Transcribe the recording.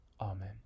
Amen